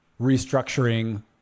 restructuring